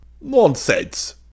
Nonsense